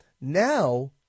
Now